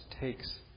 takes